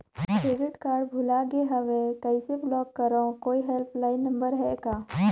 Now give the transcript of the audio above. Credit card भुला गे हववं कइसे ब्लाक करव? कोई हेल्पलाइन नंबर हे का?